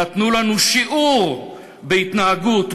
נתנו לנו שיעור בהתנהגות,